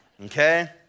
Okay